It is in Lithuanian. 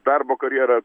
darbo karjerą